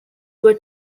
were